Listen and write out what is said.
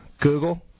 Google